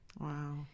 wow